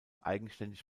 eigenständig